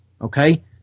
okay